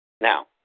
Now